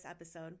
episode